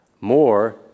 more